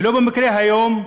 ולא במקרה היום,